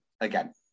Again